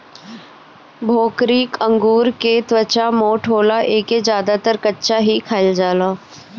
भोकरी अंगूर के त्वचा मोट होला एके ज्यादातर कच्चा ही खाईल जाला